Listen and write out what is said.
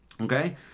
Okay